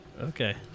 Okay